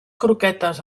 croquetes